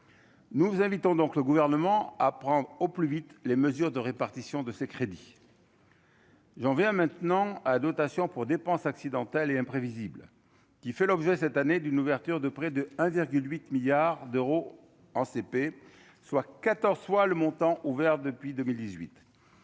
nous vous invitons donc le gouvernement à prendre au plus vite les mesures de répartition de ces crédits. J'en viens maintenant à dotation pour dépenses accidentelles et imprévisible qui fait l'objet cette année d'une ouverture de près de 1,8 milliards d'euros en CP, soit 14 fois le montant ouvert depuis 2018